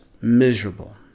miserable